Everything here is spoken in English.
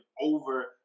over